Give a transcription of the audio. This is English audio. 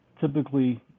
typically